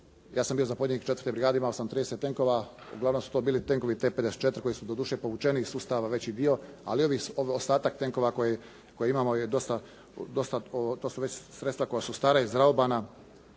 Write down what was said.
Ja sam bio zapovjednik 4. brigade, imao sam 30 tenkova. Uglavnom su to bili tenkovi T54 koji su doduše povučeni iz sustava, veći dio, ali ostatak tenkova koji imamo je dosta, to su već sredstva koja su stara i izraubana,